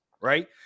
Right